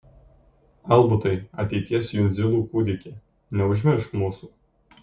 albutai ateities jundzilų kūdiki neužmiršk mūsų